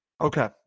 Okay